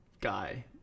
guy